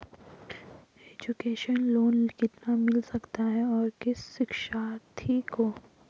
Education loan कितना मिल सकता है और किस शिक्षार्थी को?